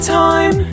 time